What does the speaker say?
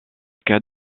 cas